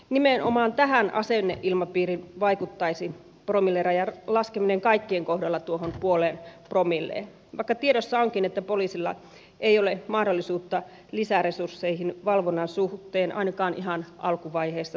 nimenomaan tähän asenneilmapiiriin vaikuttaisi promillerajan laskeminen kaikkien kohdalla tuohon puoleen promilleen vaikka tiedossa onkin että poliisilla ei ole mahdollisuutta lisäresursseihin valvonnan suhteen ainakaan ihan alkuvaiheessa toivotulla tavalla